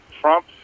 Trump